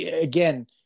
again